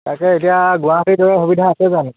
তাকে এতিয়া গুৱাহাটীৰ দৰে সুবিধা আছে জানো